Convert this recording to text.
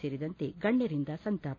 ಸೇರಿದಂತೆ ಗಣ್ಣರಿಂದ ಸಂತಾಪ